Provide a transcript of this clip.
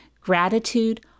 gratitude